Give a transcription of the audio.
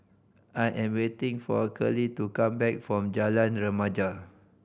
I am waiting for Curley to come back from Jalan Remaja